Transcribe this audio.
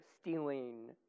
stealing